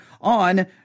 on